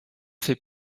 fait